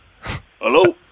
Hello